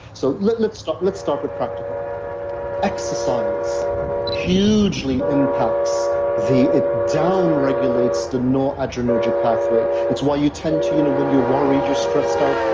so let's start let's start with practical exercise hugely impacts the down regulates the noradrenergic pathway. it's why you tend to you know when you're worried, you're stressed out,